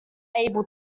able